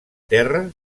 terra